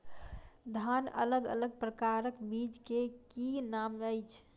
धान अलग अलग प्रकारक बीज केँ की नाम अछि?